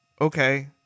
Okay